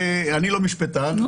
אני לא משפטן,